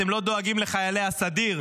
אתם לא דואגים לחיילי הסדיר,